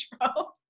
control